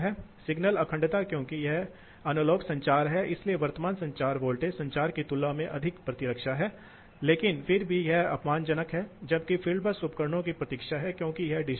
इसलिए यह मूल रूप से दर्शाता है कि कुल परिचालन समय में हम एक दिन कहते हैं मेरा क्या मतलब है लोडिंग क्या है यदि आप 40 से 45 या 50 से 55 विशेष लोडिंग स्तर के लिए लोडिंग कहते हैं कितना रहता है समय का कितने प्रतिशत